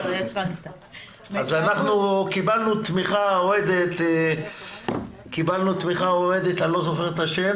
אנחנו קיבלנו תמיכה אוהדת אני לא זוכר את השם,